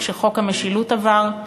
כשחוק המשילות עבר.